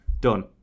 Done